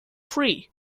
free